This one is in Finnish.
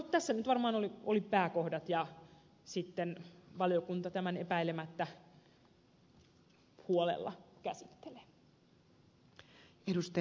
tässä nyt varmaan olivat pääkohdat ja sitten valiokunta tämän epäilemättä huolella käsittelee